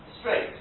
straight